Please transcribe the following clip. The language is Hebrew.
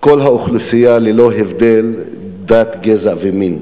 כל האוכלוסייה ללא הבדל דת, גזע ומין,